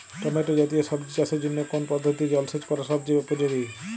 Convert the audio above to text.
Tomato জাতীয় সবজি চাষের জন্য কোন পদ্ধতিতে জলসেচ করা সবচেয়ে উপযোগী?